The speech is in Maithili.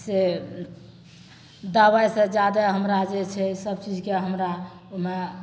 से दबाइ से जादे हमरा जे छै सब चीजकेँ हमरा ओहिमे